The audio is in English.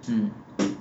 mm